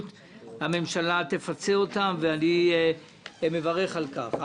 הממשלה תפצה אותם ואני מברך על כך.